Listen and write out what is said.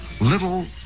Little